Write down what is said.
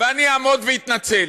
ואני אעמוד ואתנצל.